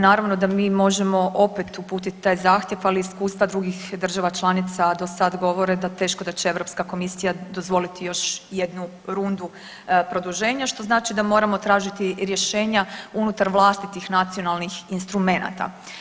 Naravno da mi možemo opet uputiti taj zahtjev ali i iskustva drugih država članica do sad govore da teško da će Europska komisija dozvoliti još jednu rundu produženja što znači da moramo tražiti rješenja unutar vlastitih nacionalnih instrumenata.